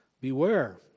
Beware